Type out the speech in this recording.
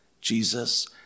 Jesus